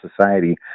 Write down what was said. society